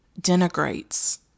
denigrates